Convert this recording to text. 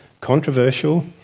controversial